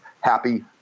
happy